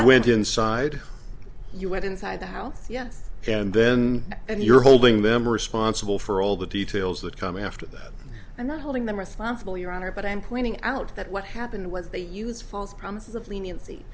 what went inside you went inside the house yes and then and you're holding them responsible for all the details that come after that i'm not holding them responsible your honor but i'm pointing out that what happened was they use false promises of leniency